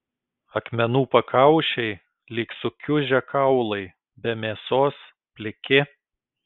akmenų pakaušiai lyg sukiužę kaulai be mėsos pliki